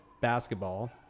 basketball